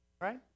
right